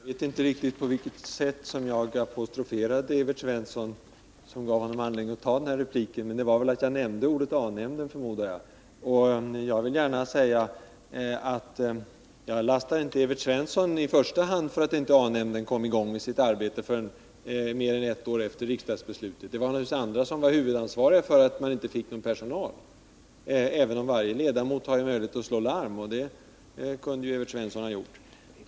Herr talman! Jag vet inte på vilket sätt jag apostroferade Evert Svensson och gav honom anledning till detta inlägg. Men det var väl att jag nämnde ordet ”A-nämnden”, förmodar jag. Jag vill gärna säga att jag inte i första hand lastar Evert Svensson för att A-nämnden inte kom i gång med sitt arbete förrän mer än ett år efter riksdagsbeslutet. Det var naturligtvis andra som var huvudansvariga för att man inte fick någon personal, även om varje ledamot hade möjlighet att slå larm. Det kunde ju Evert Svensson ha gjort.